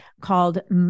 called